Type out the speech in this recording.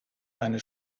eine